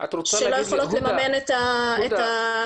שלא יכולות לממן את הילדים.